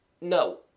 No